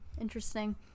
Interesting